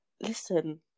Listen